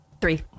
Three